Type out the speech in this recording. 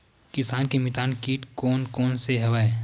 किसान के मितान कीट कोन कोन से हवय?